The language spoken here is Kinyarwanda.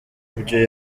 ibyo